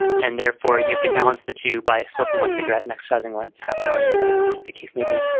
and therefore, you can balance the two by smoking one cigarette and exercising one half an hour a day or whatever the the case may be.